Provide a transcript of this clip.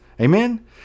Amen